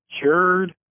cured